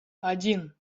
один